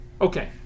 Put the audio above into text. Okay